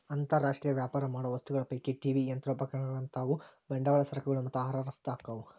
ಅಂತರ್ ರಾಷ್ಟ್ರೇಯ ವ್ಯಾಪಾರ ಮಾಡೋ ವಸ್ತುಗಳ ಪೈಕಿ ಟಿ.ವಿ ಯಂತ್ರೋಪಕರಣಗಳಂತಾವು ಬಂಡವಾಳ ಸರಕುಗಳು ಮತ್ತ ಆಹಾರ ರಫ್ತ ಆಕ್ಕಾವು